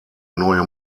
neue